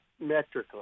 metrically